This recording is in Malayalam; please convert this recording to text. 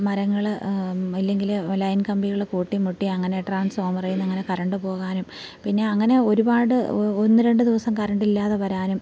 മരങ്ങൾ ഇല്ലെങ്കിൽ ലൈൻ കമ്പികൾ കൂട്ടി മുട്ടി അങ്ങനെ ട്രാൻസ്ഫോമറിൽ നിന്ന് അങ്ങനെ കരണ്ട് പോകാനും പിന്നെ അങ്ങനെ ഒരുപാട് ഒന്ന് രണ്ട് ദിവസം കരണ്ടില്ലാതെ വരാനും